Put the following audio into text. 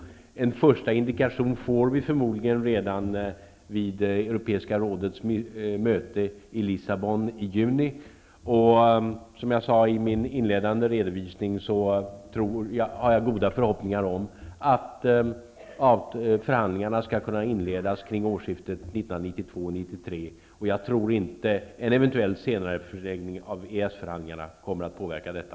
En första indikation får vi förmodligen redan vid Europeiska rådets möte i Lissabon i juni. Som jag sade i min inledande redovisning har jag goda förhoppningar om att förhandlingarna skall kunna inledas kring årsskiftet 1992/93. Jag tror inte att en eventuell senareläggning av EES-förhandlingarna kommer att påverka detta.